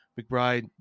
mcbride